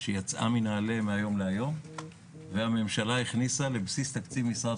שיצאה מנעל"ה מהיום להיום והממשלה הכניסה לבסיס תקציב משרד